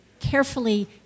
carefully